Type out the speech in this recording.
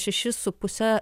šešis su puse